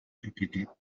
propietat